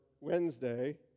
Wednesday